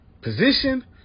position